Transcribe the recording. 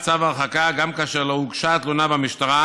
צו הרחקה גם כאשר לא הוגשה תלונה במשטרה,